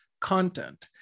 content